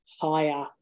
higher